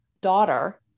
daughter